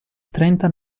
trenta